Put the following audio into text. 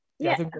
Yes